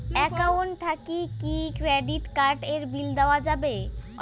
Account থাকি কি credit card এর বিল দেওয়া যাবে?